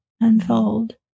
unfold